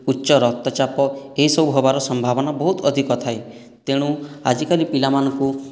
ଉଚ୍ଚ ରକ୍ତଚାପ ଏହିସବୁ ହେବାର ସମ୍ଭାବନା ବହୁତ ଅଧିକ ଥାଏ ତେଣୁ ଆଜିକାଲି ପିଲାମାନଙ୍କୁ